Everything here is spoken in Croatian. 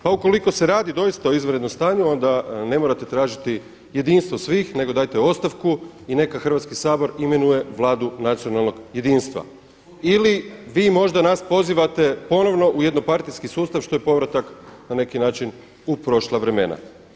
Pa ukoliko se radi doista o izvanrednom stanju onda ne morate tražiti jedinstvo svih nego dajte ostavku i neka Hrvatski sabor imenuje vladu nacionalnog jedinstva ili vi možda nas pozivate ponovno u jednopartijski sustav što je povratak na neki način u prošla vremena.